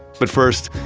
but first,